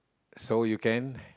so you can